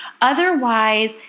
otherwise